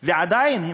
ועדיין.